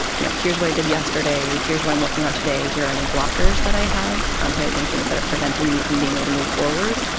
you know, here's what i did yesterday. here's why i'm working on today. here any blockers that i have. i'm here at the things that are preventing me from being able to move forward.